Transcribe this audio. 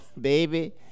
Baby